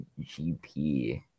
GP